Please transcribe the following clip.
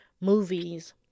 movies